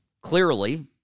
clearly